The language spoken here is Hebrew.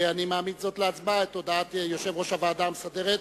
אני מעמיד להצבעה את הודעת יושב-ראש הוועדה המסדרת.